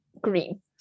green